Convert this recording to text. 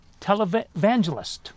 televangelist